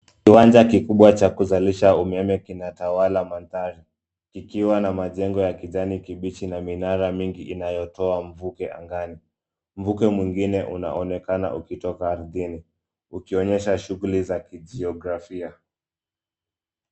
Kiwanja kikubwa cha kuzalisha umeme kinatawala mandhari, kikiwa na majengo ya kijani kibichi na minara mingi inayotoa mvuke angani. Mvuke mwingine unaonekana ukitoka ardhini, ukionyesha shughuli za kijiografia.